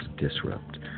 disrupt